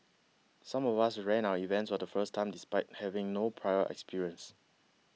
some of us ran our events for the first time despite having no prior experience